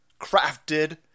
Crafted